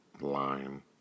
line